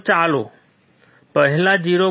તો ચાલો પહેલા 0